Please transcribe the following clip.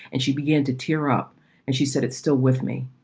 and she began to tear up and she said, it's still with me.